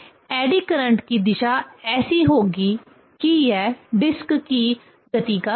तो eddy current की दिशा ऐसी होगी कि यह डिस्क की गति का विरोध करेगी